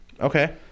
Okay